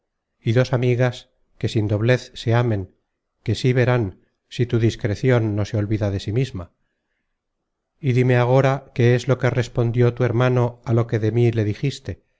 y dos amigas que sin doblez se amen que sí verán si tu discrecion no se olvida de sí misma y dime agora qué es lo que respondió tu hermano á lo que de mí le dijiste